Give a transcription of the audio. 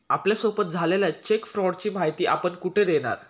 आपल्यासोबत झालेल्या चेक फ्रॉडची माहिती आपण कुठे देणार?